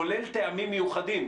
כולל טעמים מיוחדים,